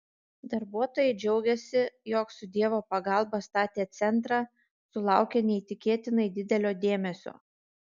darbuotojai džiaugėsi jog su dievo pagalba statę centrą sulaukia neįtikėtinai didelio dėmesio